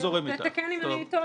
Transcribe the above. תתקן אם אני טועה.